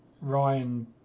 Ryan